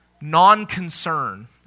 non-concern